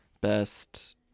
Best